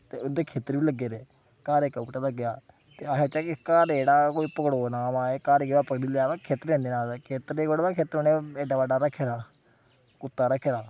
ते उं'दे खेत्तर बी लग्गे दे घर इक बूह्टा लग्गे दा ते अहें आखेआ कि घर जेह्ड़ा कि कोई पकड़ोना माए घर खेत्तर तां निं जाना खेत्तर उ'नें एह्ड़ा बड्डा रक्खे दा हा कुत्ता रक्खे दा